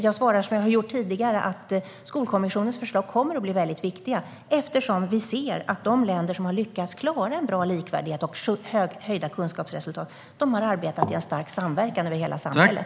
Jag svarar som jag har gjort tidigare: Skolkommissionens förslag kommer att bli väldigt viktiga eftersom vi ser att de länder som har lyckats klara en bra likvärdighet och höjda kunskapsresultat har arbetat i en stark samverkan över hela samhället.